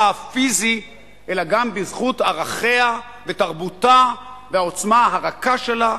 הפיזי אלא גם בזכות ערכיה ותרבותה והעוצמה הרכה שלה,